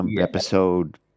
Episode